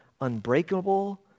unbreakable